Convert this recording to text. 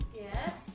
Yes